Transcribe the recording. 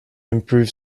improve